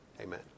Amen